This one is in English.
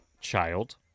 Child